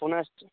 पुनश्च